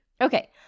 Okay